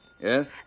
Yes